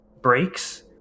breaks